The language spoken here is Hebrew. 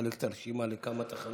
לחלק את הרשימה לכמה תחנות.